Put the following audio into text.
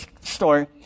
store